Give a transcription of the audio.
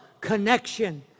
connection